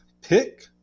pick